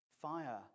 Fire